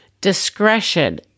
Discretion